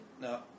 No